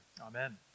Amen